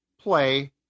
play